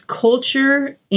culture